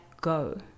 go